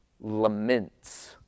laments